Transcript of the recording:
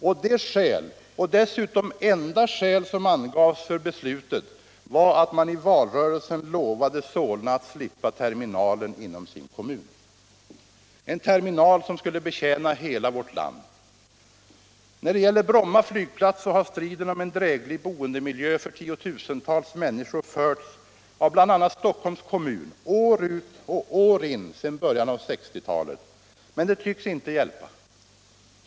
Och det skäl, och dessutom enda skäl, som angavs för beslutet var att man i valrörelsen lovade Solna att slippa terminalen inom sin kommun — en terminal som skulle betjäna hela vårt land. När det gäller Bromma flygplats, så har striden om en dräglig boendemiljö för tiotusentals människor förts av bl.a. Stockholms kommun år ut och år in sedan början av 1960-talet. Men det tycks nu inte hjälpa.